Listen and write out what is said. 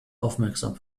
aufmerksam